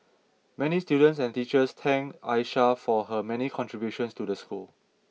many students and teachers thanked Aisha for her many contributions to the school